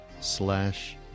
slash